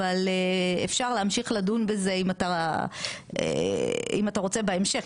אבל אפשר להמשיך לדון בזה אם אתה אם אתה רוצה בהמשך,